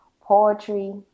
poetry